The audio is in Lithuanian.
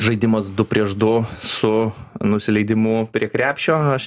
žaidimas du prieš du su nusileidimu prie krepšio aš